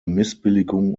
missbilligung